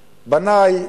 לבני,